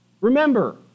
Remember